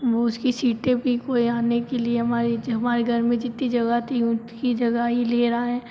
वह उसकी सीटें भी कोई आने के लिए हमारी हमारे घर में जितनी जगह थी उतनी ही जगह ही ले रहा है